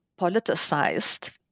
politicized